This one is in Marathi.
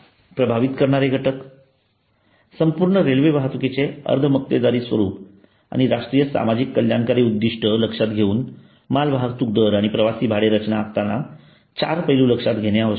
प्रभावित करणारे घटक संपूर्ण रेल्वे वाहतुकीचे अर्ध मक्तेदारी स्वरूप आणि राष्ट्रीय सामाजिक कल्याणकारी उद्दिष्ट लक्षात ठेवून मालवाहतूक दर आणि प्रवासी भाडे रचना आखताना चार पैलू लक्षात ठेवणे आवश्यक आहे